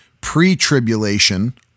pre-tribulation